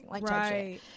Right